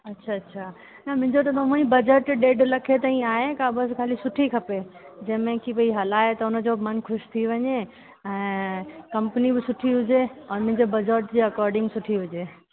अच्छा अच्छा न मुंहिंजो त हुअ ई बजट ॾेढु लखे ताईं आहे का बसि ख़ाली सुठी खपे जंहिं में कि भई हलाए त हुनजो बि मनु ख़ुशि थी वञे ऐं कंपनी बि सुठी हुजे और मुंहिंजे बजट जे अकॉडिंग सुठी हुजे